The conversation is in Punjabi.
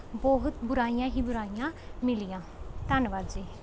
ਬਹੁਤ ਬੁਰਾਈਆਂ ਹੀ ਬੁਰਾਈਆਂ ਮਿਲੀਆਂ ਧੰਨਵਾਦ ਜੀ